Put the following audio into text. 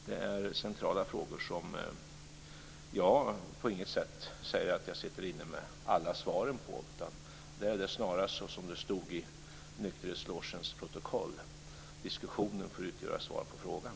Det är centrala frågor som jag på inget sätt säger att jag sitter inne med alla svaren på, utan det är snarast så som det stod i nykterhetslogens protokoll: Diskussionen får utgöra svar på frågan.